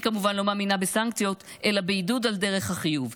אני כמובן לא מאמינה בסנקציות אלא בעידוד על דרך החיוב.